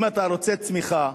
אם אתה רוצה צמיחה,